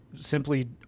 simply